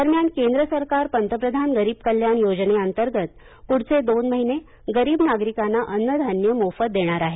दरम्यान केंद्र सरकार पंतप्रधान गरीब कल्याण योजनेअंतर्गत पुढचे दोन महिने गरीब नागरिकांना अन्नधान्य मोफत देणार आहे